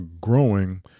growing